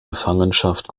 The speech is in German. gefangenschaft